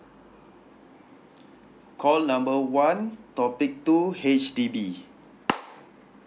call number one topic two H_D_B